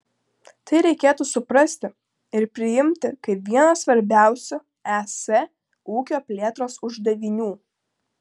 tai reikėtų suprasti ir priimti kaip vieną svarbiausių es ūkio plėtros uždavinių